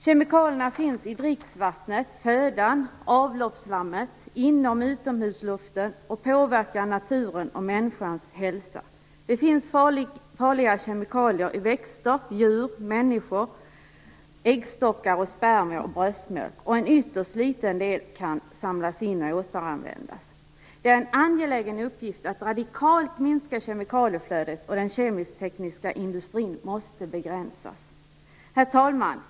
Kemikalierna finns i dricksvattnet, födan, avloppsslammet, inom och utomhusluften och påverkar naturen och människans hälsa. Det finns farliga kemikalier i växter, djur, människor, äggstockar, spermier och bröstmjölk, och en ytterst liten del kan samlas in och återanvändas. Det är en angelägen uppgift att radikalt minska kemikalieflödet, och den kemisk-tekniska industrin måste begränsas. Herr talman!